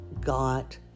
got